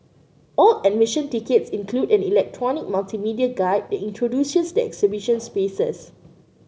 all admission tickets include an electronic multimedia guide that introduces the exhibition spaces